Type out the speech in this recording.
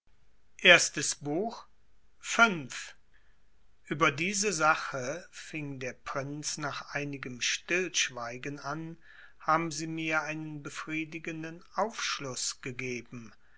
über diese sache fing der prinz nach einigem stillschweigen an haben sie mir einen befriedigenden aufschluß gegeben